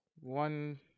one